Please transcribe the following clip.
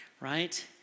right